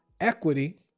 equity